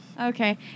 Okay